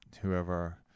whoever